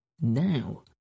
now